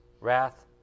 wrath